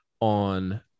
on